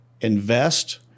invest